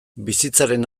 bizitzaren